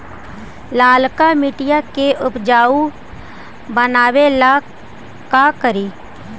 लालका मिट्टियां के उपजाऊ बनावे ला का करी?